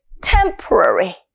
temporary